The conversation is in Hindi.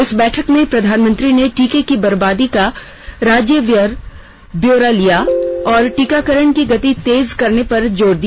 इस बैठक में प्रधानमंत्री ने टीके की बर्बादी का राज्यवार ब्योरा भी लिया और टीकाकरण की गति तेज करने पर जोर दिया